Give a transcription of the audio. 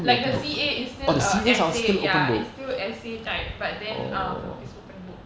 like the C_A is still a essay ya it's still essay type but then um it's open book